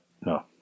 No